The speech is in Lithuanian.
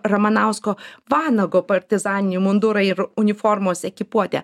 ramanausko vanago partizaninį mundurą ir uniformos ekipuotę